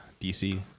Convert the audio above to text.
DC